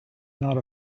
not